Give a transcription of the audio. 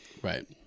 Right